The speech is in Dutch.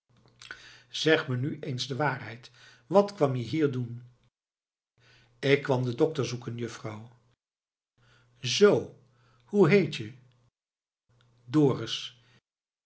zeg me nu eens de waarheid wat kwam je hier doen ik kwam den dokter zoeken juffrouw zoo hoe heet je dorus